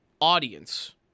audience